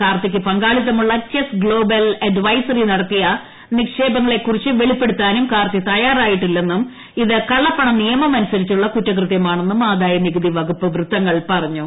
കാർത്തിക്ക് പങ്കാളിത്തമുള്ള Chess Global Advisory നടത്തിയ നിക്ഷേപങ്ങളെക്കുറിച്ച് വെളിപ്പെടുത്താനും കാർത്തി തയാറായിട്ടില്ലെന്നും ഇത് കള്ളപ്പണ നിയമമനുസരിച്ചുള്ള കുറ്റകൃത്യമാണെന്നും ആദായനികുതി വകുപ്പ് വൃത്തങ്ങൾ പറഞ്ഞു